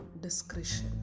discretion